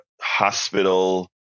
hospital